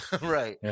Right